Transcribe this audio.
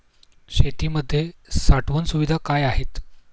शेतीमध्ये साठवण सुविधा काय आहेत?